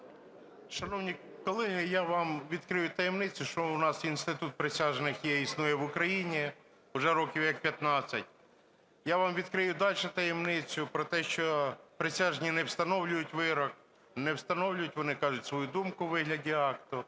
Шановні колеги, я вам відкрию таємницю, що у нас інститут присяжних є і існує в Україні вже років як 15. Я вам відкрию далі таємницю про те, що присяжні не встановлюють вирок, не встановлюють, вони кажуть свою думку у вигляді акта,